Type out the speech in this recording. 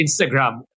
Instagram